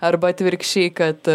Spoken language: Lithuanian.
arba atvirkščiai kad